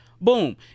Boom